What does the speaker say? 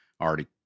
already